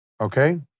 Okay